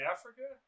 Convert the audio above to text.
Africa